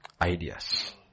Ideas